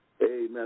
Amen